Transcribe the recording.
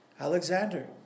Alexander